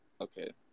Okay